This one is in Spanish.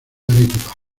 arequipa